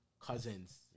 cousins